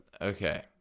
Okay